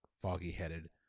foggy-headed